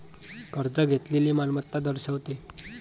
कर्ज घेतलेली मालमत्ता दर्शवते